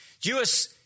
Jewish